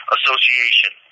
Association